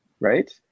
Right